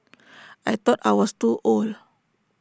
I thought I was too old